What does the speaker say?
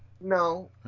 No